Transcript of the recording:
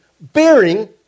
bearing